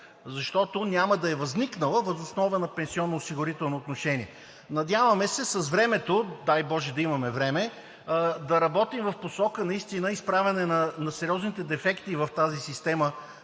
защото няма да е възникнала въз основа на пенсионноосигурително отношение. Надяваме се, с времето, дай боже да имаме време, да работим в посока наистина изправяне на сериозните дефекти в тази система,